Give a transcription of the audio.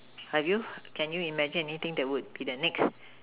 have you can you imagine anything that could be the next